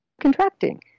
contracting